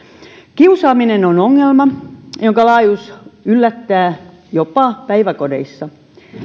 kiusaaminen on ongelma jonka laajuus yllättää jopa päiväkodeissa lakialoite